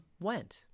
went